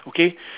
okay